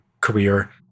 career